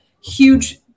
huge